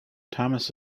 thomas